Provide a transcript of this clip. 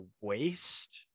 waste